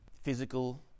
physical